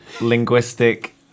linguistic